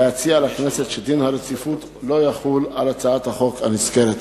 להציע לכנסת שדין הרציפות לא יחול על הצעת החוק הנזכרת.